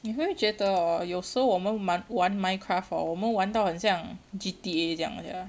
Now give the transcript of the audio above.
你会不会觉得 orh 有时候我们满玩 minecraft orh 我们玩到很像 G_T_A 这样 sia